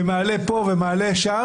ומעלה פה ומעלה שם,